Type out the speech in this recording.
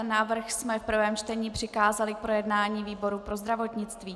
Návrh jsme v prvém čtení přikázali k projednání výboru pro zdravotnictví.